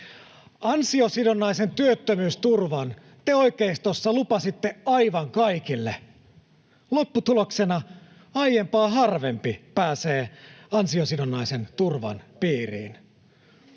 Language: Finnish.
Ansiosidonnaisen työttömyysturvan te oikeistossa lupasitte aivan kaikille. Lopputuloksena aiempaa harvempi pääsee ansiosidonnaisen turvan piiriin.